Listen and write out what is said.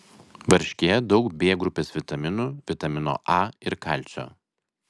varškėje daug b grupės vitaminų vitamino a ir kalcio